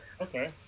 okay